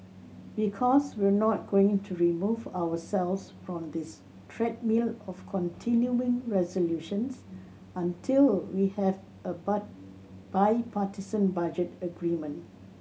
because we're not going to remove ourselves from this treadmill of continuing resolutions until we have a bipartisan budget agreement